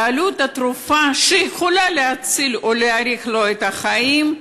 ועלות התרופה שיכולה להציל אותו או להאריך לו את החיים,